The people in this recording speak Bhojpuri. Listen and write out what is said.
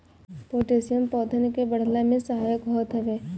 पोटैशियम पौधन के बढ़ला में सहायक होत हवे